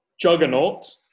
juggernaut